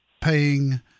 paying